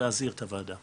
להזהיר את הוועדה,